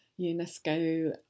UNESCO